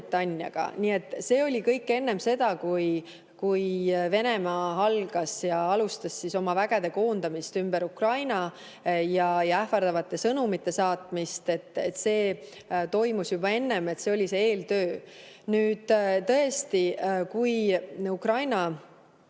Nii et see oli kõik enne seda, kui Venemaa alustas oma vägede koondamist ümber Ukraina ja ähvardavate sõnumite saatmist. See toimus juba enne, see oli eeltöö. Tõesti, kui Ukraina